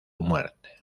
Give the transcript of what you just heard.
muerte